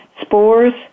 spores